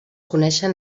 coneixen